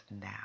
now